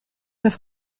des